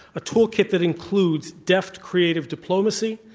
a toolkit that includes deft creative diplomacy,